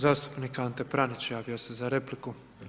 Zastupnik Ante Pranić javio se za repliku.